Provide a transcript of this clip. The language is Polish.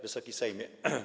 Wysoki Sejmie!